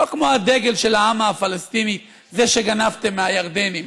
לא כמו הדגל של העם הפלסטיני, זה שגנבתם מהירדנים.